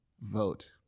vote